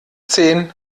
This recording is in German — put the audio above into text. zehn